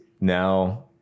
now